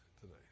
today